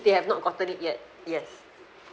they have not gotten it yet yes